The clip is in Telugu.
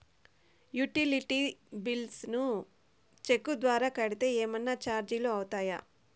యుటిలిటీ బిల్స్ ను చెక్కు ద్వారా కట్టితే ఏమన్నా చార్జీలు అవుతాయా?